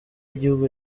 yigihugu